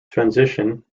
transition